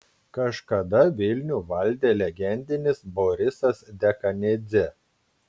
kažkada vilnių valdė legendinis borisas dekanidzė